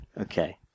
okay